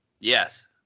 Yes